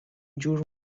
جور